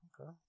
okay